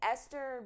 Esther